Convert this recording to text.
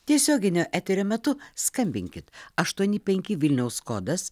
tiesioginio eterio metu skambinkit aštuoni penki vilniaus kodas